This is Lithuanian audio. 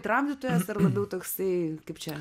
tramdytojas ar labiau toksai kaip čia